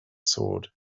sword